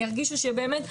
ירגישו שבאמת,